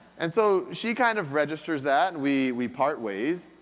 and so, she kind of registers that, we we part ways.